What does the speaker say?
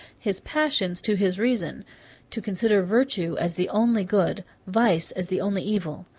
his passions to his reason to consider virtue as the only good, vice as the only evil,